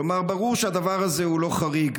כלומר, ברור שהדבר הזה הוא לא חריג.